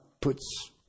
puts